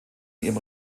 ihrem